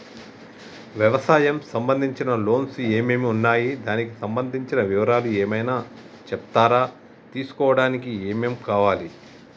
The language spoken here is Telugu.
వ్యవసాయం సంబంధించిన లోన్స్ ఏమేమి ఉన్నాయి దానికి సంబంధించిన వివరాలు ఏమైనా చెప్తారా తీసుకోవడానికి ఏమేం కావాలి?